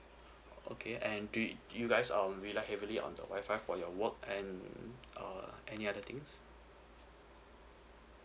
okay and do you guys um rely heavily on your Wi-Fi for your work and uh any other things